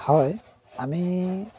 হয় আমি